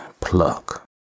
Pluck